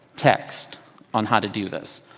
text on how to do this.